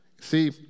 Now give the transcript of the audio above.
See